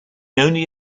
only